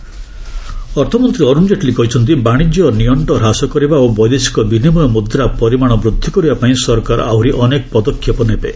ଜେଟ୍ଲୀ ଅର୍ଥମନ୍ତ୍ରୀ ଅରୁଣ କେଟ୍ଲୀ କହିଛନ୍ତି ବାଣିଜ୍ୟ ନିଅସ୍କ ହ୍ରାସ କରିବା ଓ ବୈଦେଶିକ ବିନିମୟ ମୁଦ୍ରା ପରିମାଣ ବୃଦ୍ଧି କରିବା ପାଇଁ ସରକାର ଆହୁରି ଅନେକ ପଦକ୍ଷେପ ନେବେ